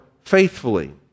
faithfully